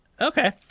Okay